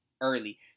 early